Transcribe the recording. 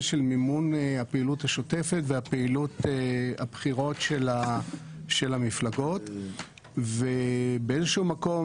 של מימון הפעילות השוטפת ופעילות הבחירות של המפלגות ובאיזשהו מקום